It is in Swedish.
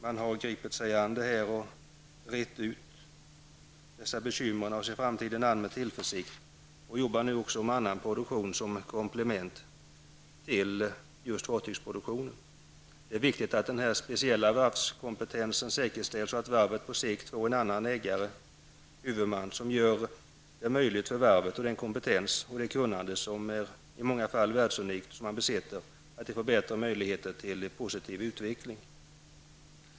Man har gripit sig an dessa problem, rett ut bekymren, ser nu framtiden an med tillförsikt och jobbar nu även med annan produktion som komplement till fartygsproduktionen. Det är viktigt att den speciella varvskompetensen säkerställs och att varvet på sikt får en annan ägare, huvudman, så att varvets kompetens och kunnande som i många avseenden är världsunik kan få bättre möjligheter till en positiv utveckling.